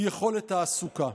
מיכולת תעסוקה.